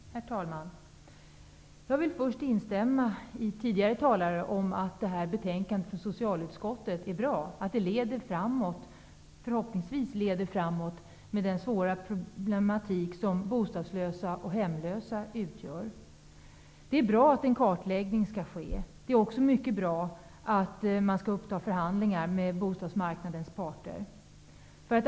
Herr talman! Jag vill först instämma med tidigare talare om att det här betänkandet är bra. Förhoppningsvis leder det framåt i den svåra problematik som bostadslösa och hemlösa utgör. Det är bra att en kartläggning skall göras. Det är också mycket bra att man skall uppta förhandlingar med bostadsmarknadens parter.